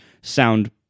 sound